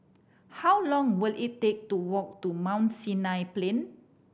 how long will it take to walk to Mount Sinai Plain